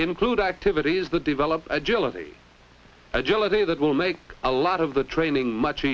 include activities the develop agility agility that will make a lot of the training much